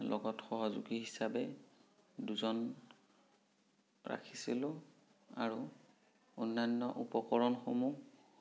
লগত সহযোগী হিচাপে দুজন ৰাখিছিলোঁ আৰু অন্যান্য উপকৰণসমূহ